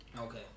Okay